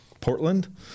Portland